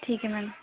ਠੀਕ ਹੈ ਮੈਮ